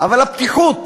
אבל הפתיחות